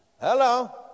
Hello